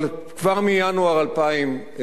אבל כבר מינואר 2011,